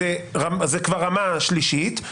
זו כבר הרמה השלישית.